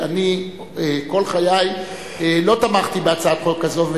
כל חיי לא תמכתי בהצעת חוק כזאת,